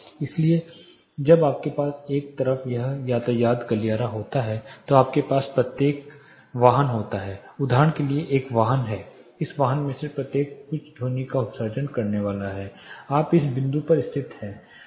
इसलिए जब आपके पास एक तरफ एक यातायात गलियारा होता है तो आपके पास प्रत्येक वाहन होता है उदाहरण के लिए एक वाहन है इस वाहन में से प्रत्येक कुछ ध्वनि का उत्सर्जन करने वाला है आप इस बिंदु पर स्थित हैं